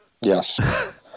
Yes